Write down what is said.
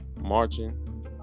marching